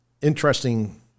interesting